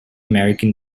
american